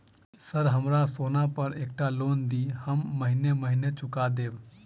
Sir हमरा सोना पर एकटा लोन दिऽ हम महीने महीने चुका देब?